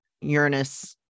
Uranus